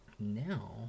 now